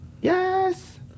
Yes